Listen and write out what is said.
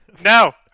No